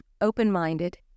open-minded